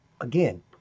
again